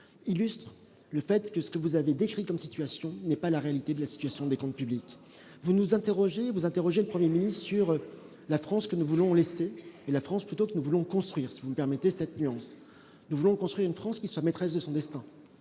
illustre le fait que ce que vous avez décrit comme situation n'est pas la réalité de la situation des comptes publics, vous nous interrogez vous interroger le 1er ministre sur la France que nous voulons laisser et la France plutôt que nous voulons construire si vous me permettez cette nuance : nous voulons construire une France qui soit maîtresse de son destin